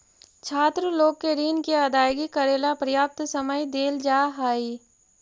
छात्र लोग के ऋण के अदायगी करेला पर्याप्त समय देल जा हई